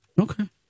Okay